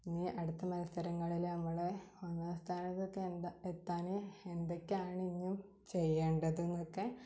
ഇനി അടുത്ത മത്സരങ്ങളിൽ നമ്മളെ ഒന്നാം സ്ഥാനത്തക്കെ എന്ത എത്താൻ എന്തക്കെയാണ് ഇനീം ചെയ്യേണ്ടതെന്നൊക്കെ